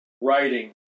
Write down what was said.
writing